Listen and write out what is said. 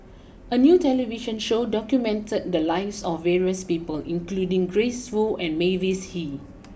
a new television show documented the lives of various people including Grace Fu and Mavis Hee